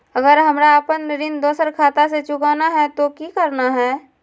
अगर हमरा अपन ऋण दोसर खाता से चुकाना है तो कि करना है?